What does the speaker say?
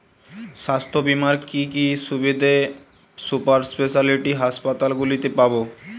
স্বাস্থ্য বীমার কি কি সুবিধে সুপার স্পেশালিটি হাসপাতালগুলিতে পাব?